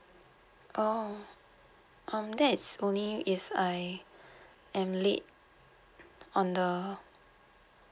oh um that's only if I am late on the